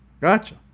Gotcha